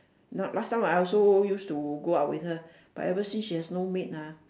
not last time I also used to go out with her but ever since she has no maid ah